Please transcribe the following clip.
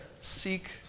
Seek